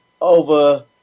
over